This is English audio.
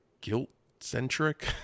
guilt-centric